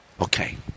Okay